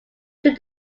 took